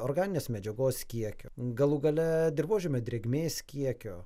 organinės medžiagos kiekio galų gale dirvožemio drėgmės kiekio